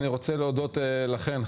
אני רוצה להודות לכן,